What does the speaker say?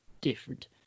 different